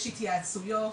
יש התייעצויות,